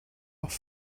noch